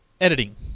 editing